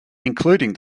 including